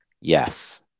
Yes